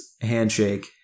handshake